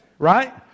right